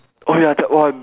oh ya that one